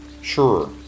Sure